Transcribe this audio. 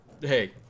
hey